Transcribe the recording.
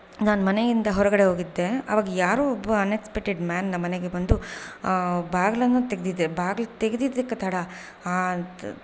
ನಾನು ಮನೆಯಿಂದ ಹೊರಗಡೆ ಹೋಗಿದ್ದೆ ಆವಾಗ ಯಾರೋ ಒಬ್ಬ ಅನ್ಎಕ್ಸ್ಪೆಕ್ಟೆಡ್ ಮ್ಯಾನ್ ನಮ್ಮ ಮನೆಗೆ ಬಂದು ಬಾಗಿಲನ್ನು ತೆಗೆದಿದ್ದೆ ಬಾಗ್ಲು ತೆಗೆದಿದ್ದಕ್ಕೆ ತಡ